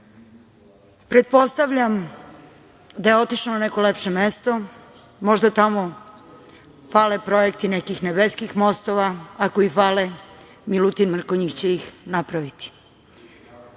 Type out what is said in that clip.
održati. Pretpostavljam da je otišao na neko lepše mesto, možda tamo fale projekti nekih nebeskih mostova, a ako i fale, Milutin Mrkonjić će ih napraviti. Putuj